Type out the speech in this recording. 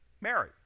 Mary